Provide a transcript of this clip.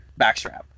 backstrap